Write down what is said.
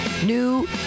new